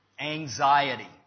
anxiety